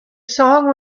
song